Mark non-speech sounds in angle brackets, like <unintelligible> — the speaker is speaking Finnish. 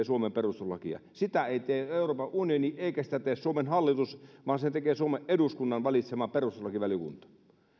<unintelligible> suomen perustuslakia sitä ei tee euroopan unioni eikä sitä tee suomen hallitus vaan sen tekee suomen eduskunnan valitsema perustuslakivaliokunta